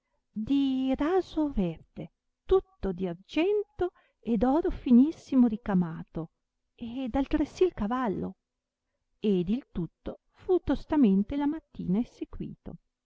di raso verde tutto di argento ed oro finissimo ricamato ed altressì il cavallo ed il tutto fu tostamente la mattina